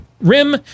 rim